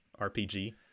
RPG